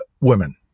women